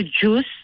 juice